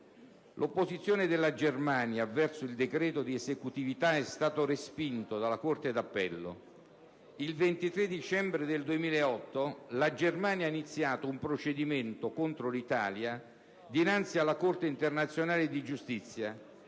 L'opposizione della Germania verso il decreto di esecutività è stata respinta dalla Corte d'appello. Il 23 dicembre del 2008 la Germania ha iniziato un procedimento contro l'Italia dinanzi alla Corte internazionale di giustizia,